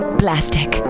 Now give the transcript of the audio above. plastic